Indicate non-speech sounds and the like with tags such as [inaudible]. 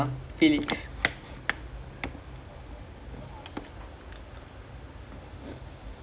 damn sad lah ya he Manchester United fan he damn hard core indian Manchester United fan I think from two thousand like [noise] ten or something